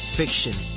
fiction